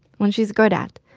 one she's good at.